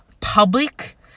public